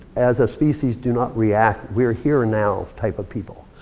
as a species, do not react. we're here and now type of people.